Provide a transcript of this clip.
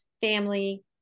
family